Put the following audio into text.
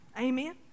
Amen